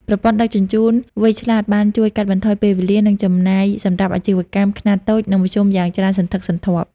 ប្រព័ន្ធដឹកជញ្ជូនវៃឆ្លាតបានជួយកាត់បន្ថយពេលវេលា និងចំណាយសម្រាប់អាជីវកម្មខ្នាតតូច និងមធ្យមយ៉ាងច្រើនសន្ធឹកសន្ធាប់។